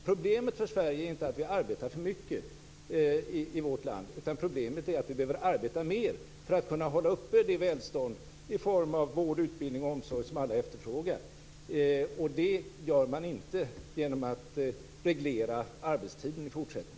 Problemet för Sverige är inte att vi arbetar för mycket i vårt land, utan problemet är att vi behöver arbeta mer för att kunna upprätthålla det välstånd i form av vård, utbildning och omsorg som alla efterfrågar. Det gör man inte genom att reglera arbetstiden i fortsättningen.